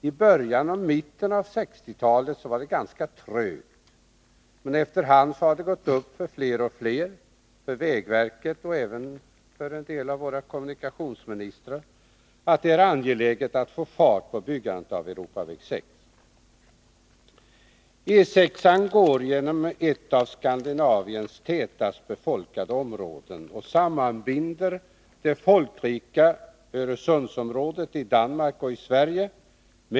I början och mitten av 1960-talet var det ganska trögt, men efter hand har det gått upp för fler och fler, för vägverket och även för en del av våra kommunikationsministrar, att det är angeläget att få fart på byggandet av Europaväg 6.